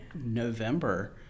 November